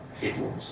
people